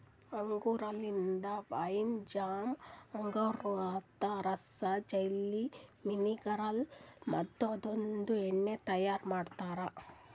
ಅಂಗೂರ್ ಲಿಂತ wine, jam, ಅಂಗೂರದ ರಸ, ಜೆಲ್ಲಿ, ವಿನೆಗರ್ ಮತ್ತ ಅದುರ್ದು ಎಣ್ಣಿ ತೈಯಾರ್ ಮಾಡ್ತಾರ